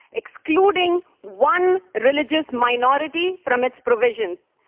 excluding one religious minority from its provisions.